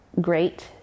great